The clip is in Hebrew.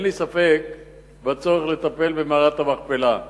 אין לי ספק בצורך לטפל במערת המכפלה,